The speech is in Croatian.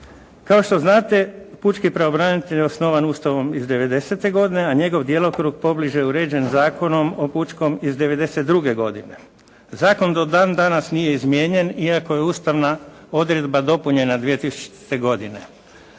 Kao što znate, pučki pravobranitelj je osnovan Ustavom iz 90. godine, a njegov djelokrug pobliže je uređen Zakonom o pučkom iz 92. godine. Zakon do dan danas nije izmijenjen iako je ustavna odredba dopunjena 2000. godine.